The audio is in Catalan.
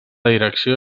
direcció